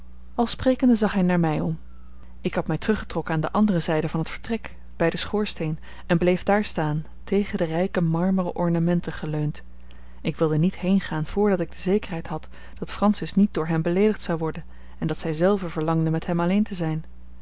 al sprekende zag hij naar mij om ik had mij teruggetrokken aan de andere zijde van t vertrek bij den schoorsteen en bleef daar staan tegen de rijke marmeren ornamenten geleund ik wilde niet heengaan voordat ik de zekerheid had dat francis niet door hem beleedigd zou worden en dat zij zelve verlangde met hem alleen te zijn